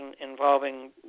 involving